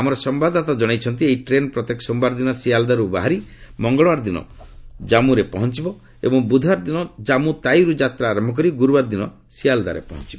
ଆମର ସମ୍ଭାଦଦାତା ଜଣାଇଛନ୍ତି ଏହି ଟ୍ରେନ୍ ପ୍ରତ୍ୟେକ ସୋମବାର ଦିନ ସିଆଲ୍ଦାରୁ ବାହାରି ମଙ୍ଗଳବାର ଦିନ ଜାମ୍ମରେ ପହଞ୍ଚିବ ଏବଂ ବୃଧବାର ଦିନ ଜାମ୍ମ ତାୱିରୁ ଯାତ୍ରା ଆରମ୍ଭ କରି ଗୁରୁବାର ଦିନ ସିଆଲଦାରେ ପହଞ୍ଚିବ